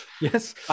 Yes